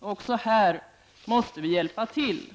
Också här måste vi hjälpa till.